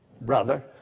brother